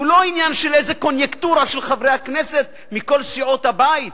הוא לא עניין של איזו קוניונקטורה של חברי כנסת מכל סיעות הבית,